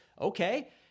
okay